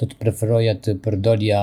Do të preferoja të përdorja